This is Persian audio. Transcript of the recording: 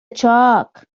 چاک